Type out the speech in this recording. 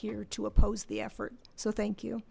here to oppose the effort so thank you